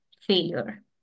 failure